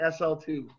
SL2